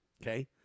okay